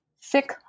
thick